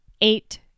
eight